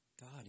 God